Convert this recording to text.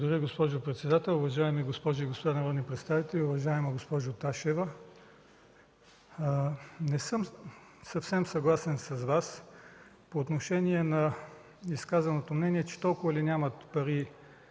Благодаря, госпожо председател. Уважаеми госпожи и господа народни представители! Уважаема госпожо Ташева, не съм съвсем съгласен с Вас по отношение на изказаното мнение: толкова ли нямат пари